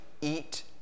eat